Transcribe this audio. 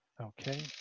Okay